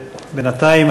בינתיים,